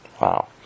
Wow